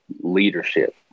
leadership